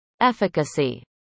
efficacy